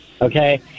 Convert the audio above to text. Okay